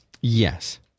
Yes